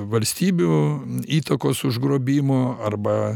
valstybių įtakos užgrobimo arba